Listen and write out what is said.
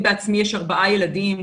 לי בעצמי יש ארבעה ילדים,